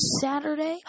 Saturday